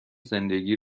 زندگی